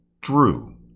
Drew